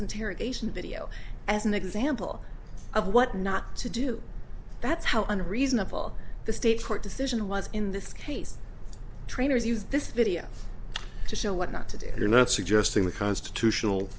interrogation video as an example of what not to do that's how unreasonable the state court decision was in this case trainers use this video to show what not to do they're not suggesting with constitutional